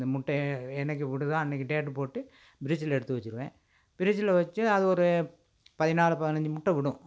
அந்த முட்டையை என்றைக்கு விடுதோ அன்றைக்கி டேட்டு போட்டு ஃபிரிட்ஜில் எடுத்து வச்சுருவேன் ஃபிரிட்ஜில் வச்சு அது ஒரு பதினாலு பதினஞ்சு முட்டை விடும்